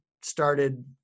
started